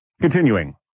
Continuing